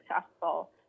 successful